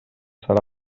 serà